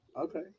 Okay